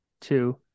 two